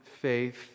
faith